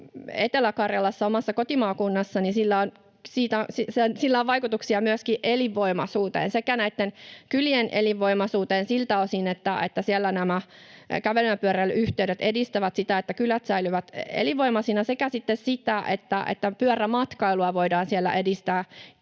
Etelä-Karjalassa, omassa kotimaakunnassani, sillä on vaikutuksia myöskin elinvoimaisuuteen, sekä kylien elinvoimaisuuteen siltä osin, että siellä nämä kävelyn ja pyöräilyn yhteydet edistävät sitä, että kylät säilyvät elinvoimaisina, että sitten siihen, että pyörämatkailua voidaan siellä edistää